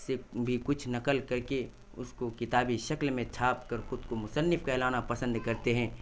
سے بھی کچھ نکل کر کے اس کو کتابی شکل میں چھاپ کر خود کو مصنف کہلانا پسند کرتے ہیں